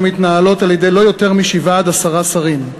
שמתנהלות על-ידי לא יותר משבעה עד עשרה שרים.